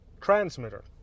transmitter